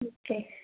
okay